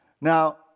Now